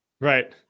Right